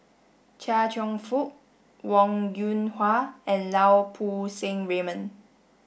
Chia Cheong Fook Wong Yoon Wah and Lau Poo Seng Raymond